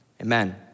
amen